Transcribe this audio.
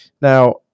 now